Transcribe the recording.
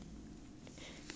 it is